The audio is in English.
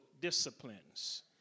disciplines